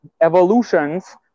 evolutions